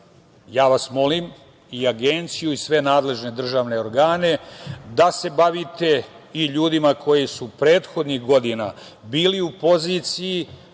ja vas molim i Agenciju i sve nadležne državne organe da se bavite i ljudima koji su prethodnih godina bili u poziciji,